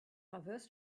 transverse